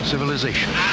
Civilization